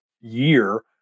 year